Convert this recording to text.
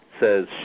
says